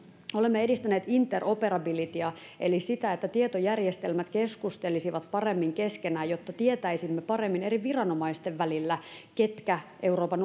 olemme edistäneet interoperabilitya eli sitä että tietojärjestelmät keskustelisivat paremmin keskenään jotta tietäisimme paremmin eri viranomaisten välillä ketkä euroopan